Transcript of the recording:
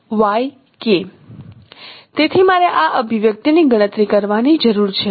તેથી મારે આ અભિવ્યક્તિની ગણતરી કરવાની જરૂર છે